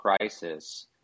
crisis